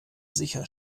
sicher